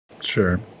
Sure